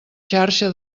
xarxa